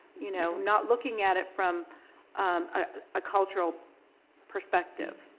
you know not looking at it from a cultural perspective.